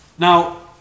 Now